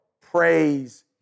praise